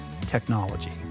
technology